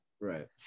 Right